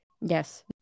Yes